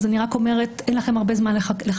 אני רק אומרת שאין לכם הרבה זמן לחכות,